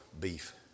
beef